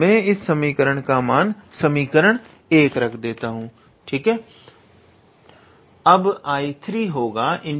मैं इस समीकरण का नाम समीकरण 1 रखता हूं